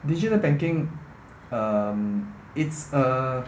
digital banking um it's a